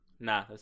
Nah